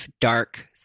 dark